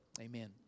Amen